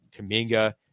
Kaminga